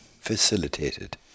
facilitated